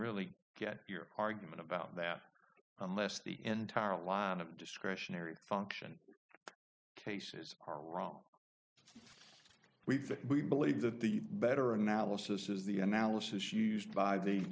really get your argument about that unless the entire outline of discretionary function tases are wrong we think we believe that the better analysis is the analysis used by the